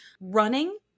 Running